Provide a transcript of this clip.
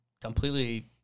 completely